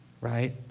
right